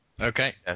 Okay